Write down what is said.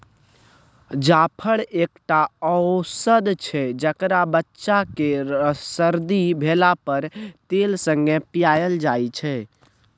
जाफर एकटा औषद छै जकरा बच्चा केँ सरदी भेला पर तेल संगे पियाएल जाइ छै